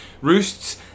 roosts